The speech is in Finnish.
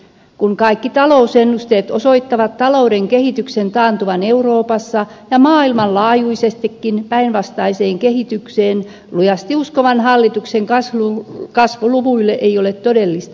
kun kaikki talousennusteet osoittavat talouden kehityksen taantuvan euroopassa ja maailmanlaajuisestikin päinvastaiseen kehitykseen lujasti uskovan hallituksen kasvuluvuille ei ole todellista pohjaa